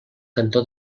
cantó